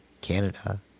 Canada